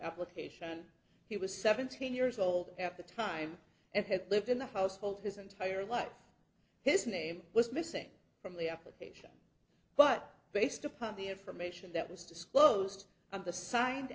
application he was seventeen years old at the time and had lived in the household his entire life his name was missing from the application but based upon the information that was disclosed and the si